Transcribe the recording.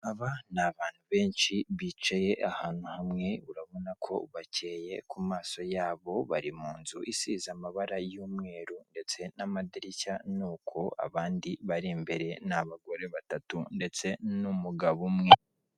Aba ni abantu benshi bicaye ahantu hamwe urabona ko bakeye ku maso yabo bari mu nzu isize amabara y'umweru ndetse n'amadirishya ni uko abandi bari imbere ni abagore batatu ndetse n'umugabo umwe.